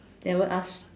never ask